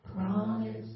promise